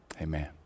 Amen